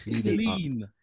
Clean